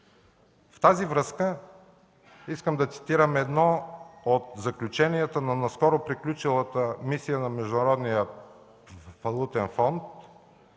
В тази връзка искам да цитирам едно от заключенията на наскоро приключилата мисия на Международния валутен фонд.